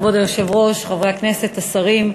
כבוד היושב-ראש, חברי הכנסת, השרים,